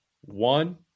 One